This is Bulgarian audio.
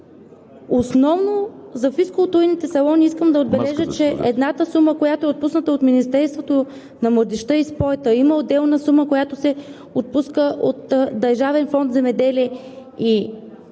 Основно за физкултурните салони искам да отбележа, че има една сума, отпусната от Министерството на младежта и спорта, има отделна сума, която се отпуска от Държавен фонд „Земеделие“,